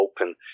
open